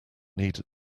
needed